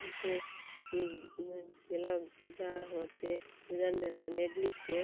ಮತ್ತು ಈ ಇನ್ನು ಕೆಲವು ಗಿಡ ಮತ್ತು ಇದನ್ನೆಲ್ಲ ನೆಡಲಿಕ್ಕೆ